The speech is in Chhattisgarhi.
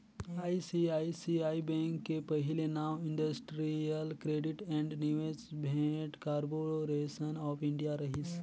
आई.सी.आई.सी.आई बेंक के पहिले नांव industrial credit and investment corporation of India रहिस